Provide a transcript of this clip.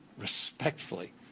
Respectfully